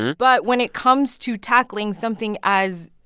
but when it comes to tackling something as.